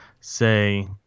say